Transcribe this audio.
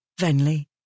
Venley